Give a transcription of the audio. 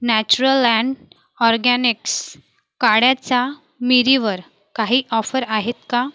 Natureland organics काळ्या मिरीवर काही ऑफर आहेत का